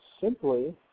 simply